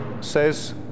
says